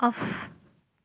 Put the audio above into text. off